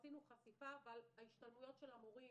עשינו חשיפה, אבל ההשתלמויות של המורים